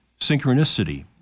synchronicity